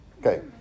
Okay